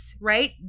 Right